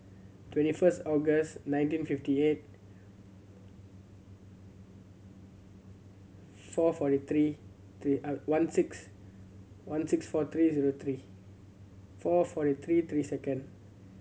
twenty first August nineteen fifty eight four forty three three one six one six four three zero three four forty three three second